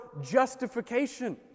justification